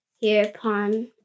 hereupon